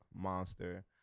monster